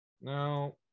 now